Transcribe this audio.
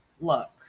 Look